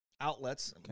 outlets